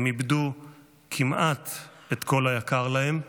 הם איבדו כמעט את כל היקר להם,